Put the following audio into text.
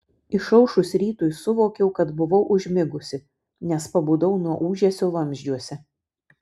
išaušus rytui suvokiau kad buvau užmigusi nes pabudau nuo ūžesio vamzdžiuose